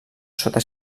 sota